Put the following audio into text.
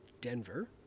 Denver